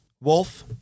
Wolf